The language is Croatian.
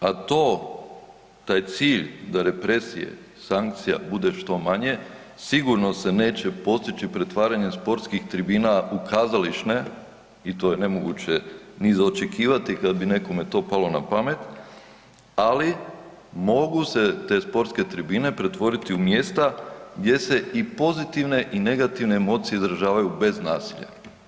Dakle, a to, taj cilj da represije i sankcije bude što manje, sigurno se neće postići pretvaranjem sportskih tribina u kazališne i to je nemoguće ni za očekivati kad bi nekome to palo na pamet, ali mogu se te sportske tribine pretvoriti u mjesta gdje se i pozitivne i negativne emocije izražavaju bez nasilja.